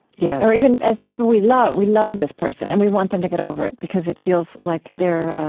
yeah or even as people we love. we love this person, and we want them to get over it because it feels like they're